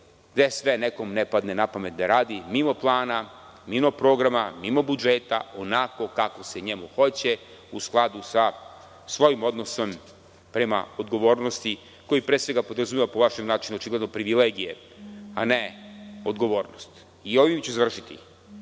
gde sve nekome ne padne na pamet da radi mimo plana, mimo programa, mimo budžeta onako kako se njemu hoće u skladu sa svojim odnosnom prema odgovornosti, koja pre svega podrazumeva po vašem načinu očigledno privilegije, a ne odgovornost. Ovim ću završiti,